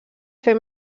fer